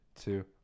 two